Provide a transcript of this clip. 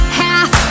half